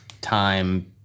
time